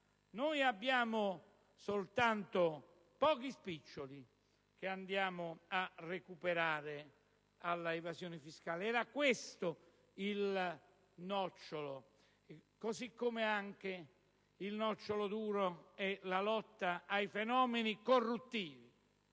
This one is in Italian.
Sono soltanto pochi spiccioli quelli che andiamo a recuperare all'evasione fiscale. Era questo il nocciolo, così come anche il nocciolo duro è la lotta ai fenomeni corruttivi.